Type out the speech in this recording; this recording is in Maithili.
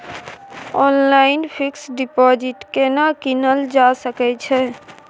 ऑनलाइन फिक्स डिपॉजिट केना कीनल जा सकै छी?